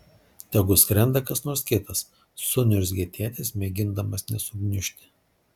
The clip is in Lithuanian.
tegu skrenda kas nors kitas suniurzgė tėtis mėgindamas nesugniužti